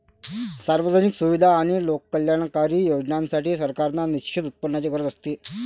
सार्वजनिक सुविधा आणि लोककल्याणकारी योजनांसाठी, सरकारांना निश्चित उत्पन्नाची गरज असते